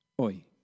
oi